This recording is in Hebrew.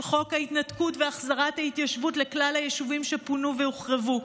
חוק ההתנתקות והחזרת ההתיישבות לכלל היישובים שפונו והוחרבו,